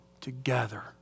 together